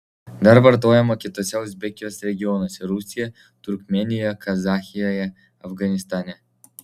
dar vartojama kituose uzbekijos regionuose rusijoje turkmėnijoje kazachijoje afganistane